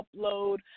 upload